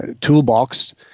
toolbox